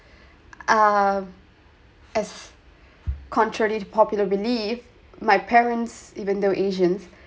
ah as contrary to popular belief my parents even though asians